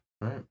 right